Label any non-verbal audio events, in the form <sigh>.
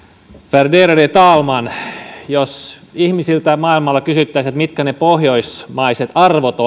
värderade talman jos ihmisiltä maailmalla kysyttäisiin mitkä pohjoismaiset arvot <unintelligible>